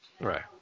right